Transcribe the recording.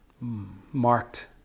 marked